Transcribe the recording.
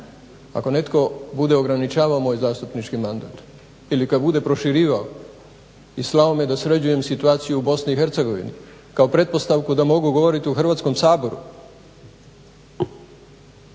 Ako netko bude ograničavao moj zastupnički mandat ili kad bude proširivao i slao me da sređujem situaciju u Bosni i Hercegovini kao pretpostavku da mogu govoriti u Hrvatskom saboru